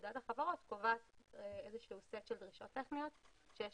לפקודת החברות קובע איזשהו סט של דרישות טכניות ויש